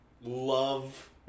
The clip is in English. love